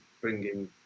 bringing